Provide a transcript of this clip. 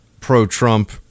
pro-Trump